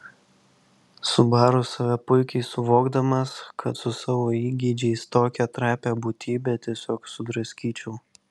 subaru save puikiai suvokdamas kad su savo įgeidžiais tokią trapią būtybę tiesiog sudraskyčiau